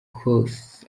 cox